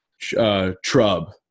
trub